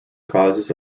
causes